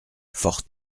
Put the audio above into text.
fort